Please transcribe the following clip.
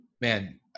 man